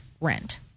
rent